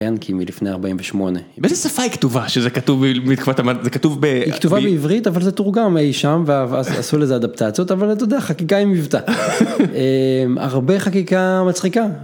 כן כי מלפני 48 עם איזה שפה כתובה שזה כתוב בתקופת זה כתוב ב.. היא כתובה בעברית אבל זה תורגם אי שם ואז עשו לזה אדפטציות אבל אתה יודע חקיקה עם מבטא הרבה חקיקה מצחיקה.